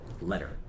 letter